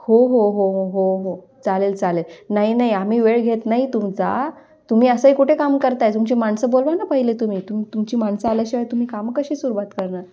हो हो हो हो हो हो चालेल चालेल नाही नाही आम्ही वेळ घेत नाही तुमचा तुम्ही असंही कुठे काम करत आहे तुमचे माणसं बोलवा ना पहिले तुम्ही तु तुमची माणसं आल्याशिवाय तुम्ही कामं कशी सुरुवात करणार